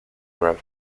arab